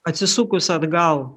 atsisukus atgal